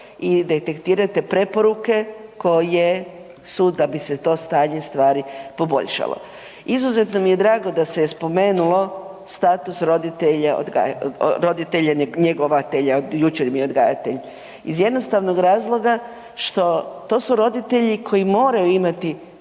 i detektirate preporuke koje su da bi se to stanje stvari poboljšalo. Izuzetno mi je drago da se je spomenulo status roditelja njegovatelja, jučer mi je odgajatelj, iz jednostavnog razloga što to su roditelji koji moraju imati